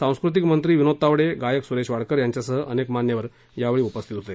सांस्कृतिक मंत्री विनोद तावडे गायक सुरेश वाडकर यांच्यासह अनेक मान्यवर यावेळी उपस्थित होते